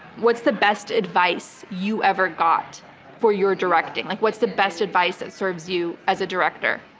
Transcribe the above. what's the best advice you ever got for your directing? like what's the best advice that serves you as a director?